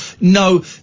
No